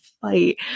fight